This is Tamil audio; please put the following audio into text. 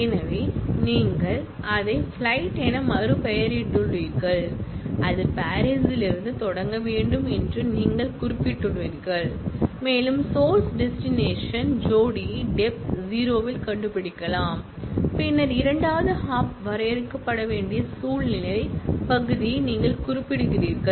எனவே நீங்கள் அதை பிளைட் என மறுபெயரிட்டுள்ளீர்கள் அது பாரிஸிலிருந்து தொடங்க வேண்டும் என்று நீங்கள் குறிப்பிட்டுள்ளீர்கள் மேலும் சோர்ஸ் டெஸ்டினேஷன் ஜோடியை டெப்த் 0 இல் கண்டுபிடிக்கலாம் பின்னர் இரண்டாவது ஹாப் வரையறுக்கப்பட வேண்டிய சுழல்நிலை பகுதியை நீங்கள் குறிப்பிடுகிறீர்கள்